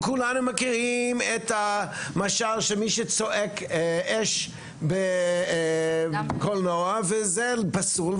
וכולנו מכירים את המשל של מי שצועק אש בקולנוע וזה פסול,